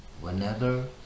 Whenever